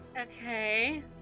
okay